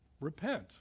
Repent